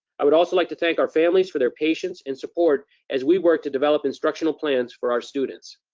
i would also like to thank our families for their patience and support as we work to develop instructional plans for our students.